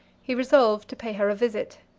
he resolved to pay her a visit.